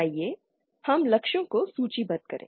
आइए हम लक्ष्यों को सूचीबद्ध करें